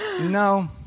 no